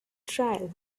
trail